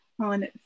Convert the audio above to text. on